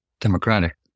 democratic